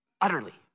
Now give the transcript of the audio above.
utterly